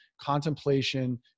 contemplation